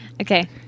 Okay